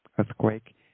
earthquake